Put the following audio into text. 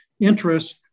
interest